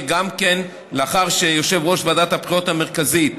להסמיך את יושב-ראש ועדת הבחירות המרכזית